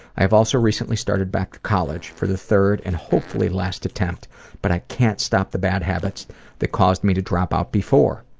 i have also recently started back college for the third and hopefully last attempt but i can't stop the bad habits that caused me to drop out before.